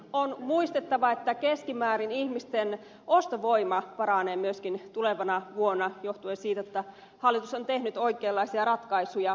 on muistettava että keskimäärin ihmisten ostovoima paranee myöskin tulevana vuonna johtuen siitä että hallitus on tehnyt oikeanlaisia ratkaisuja